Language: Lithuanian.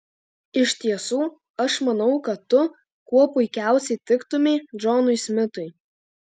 iš tiesų aš manau kad tu kuo puikiausiai tiktumei džonui smitui